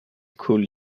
could